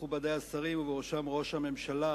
מכובדי השרים ובראשם ראש הממשלה,